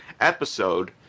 episode